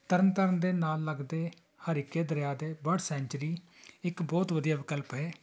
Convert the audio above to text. ਤਰਨ ਤਾਰਨ ਦੇ ਨਾਲ ਲੱਗਦੇ ਹਰੀਕੇ ਦਰਿਆ ਦੇ ਬਰਡ ਸੈਂਚਰੀ ਇੱਕ ਬਹੁਤ ਵਧੀਆ ਵਿਕਲਪ ਹੈ